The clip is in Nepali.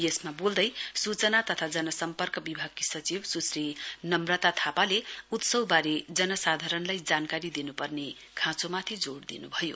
यसमा बोल्दै सूचना तथा जनसम्पर्क विभागकी सचिव सुक्षी नम्रता थापाले उत्सवबारे जनसाधारणलाई जानकारी दिन्पर्ने खाँचोमाथि जोड़ दिन्भयो